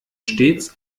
stets